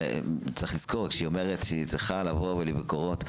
צריך לזכור כשהיא אומרת שהיא צריכה לבוא לביקורות,